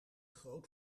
groot